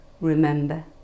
Remember